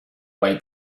way